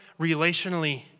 relationally